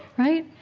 right?